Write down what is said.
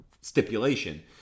stipulation